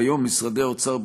כיום משרדי האוצר,